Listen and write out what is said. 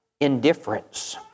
indifference